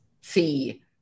See